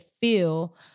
feel